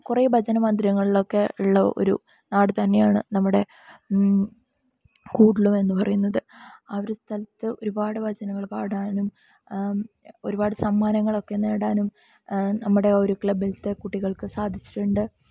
കുറേ ഭജന മന്ദിരങ്ങളിലൊക്കെ ഉള്ള ഒരു നാടുതന്നെയാണ് നമ്മുടെ കൂഡല്ലൂ എന്നു പറയുന്നത് അ ഒരു സ്ഥലത്ത് ഒരുപാട് ഭജനകൾ പാടാനും ഒരുപാട് സമ്മാനങ്ങളൊക്കെ നേടാനും നമ്മുടെ അ ഒരു ക്ലബ്ബിലത്തെ കുട്ടികൾക്ക് സാധിച്ചിട്ടുണ്ട്